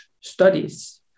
studies